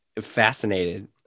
fascinated